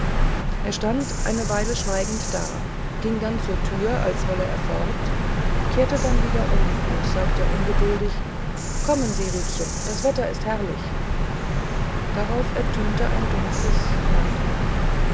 er stand eine weile schweigend da ging dann zur tür als wolle er fort kehrte dann wieder um und sagte ungeduldig kommen sie riekchen das wetter ist herrlich darauf ertönte ein dumpfes nein